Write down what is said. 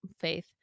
Faith